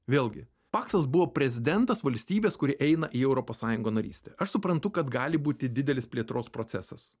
vėlgi paksas buvo prezidentas valstybės kuri eina į europos sąjungo narystę aš suprantu kad gali būti didelis plėtros procesas